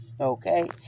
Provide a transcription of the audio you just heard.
okay